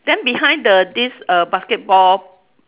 then behind the this err basketball